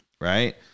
right